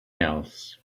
else